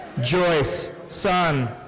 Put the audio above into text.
joyce sun.